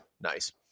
nice